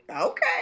Okay